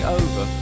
over